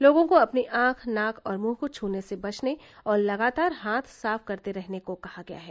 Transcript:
लोगों को अपनी आंख नाक और मुंह को छूने से बचने और लगातार हाथ साफ करते रहने को कहा गया है